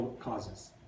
causes